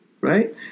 right